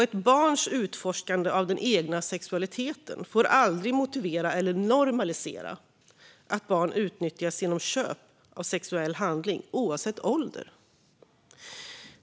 Ett barns utforskande av den egna sexualiteten får aldrig motivera eller normalisera att barn utnyttjas genom köp av sexuell handling oavsett ålder.